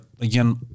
again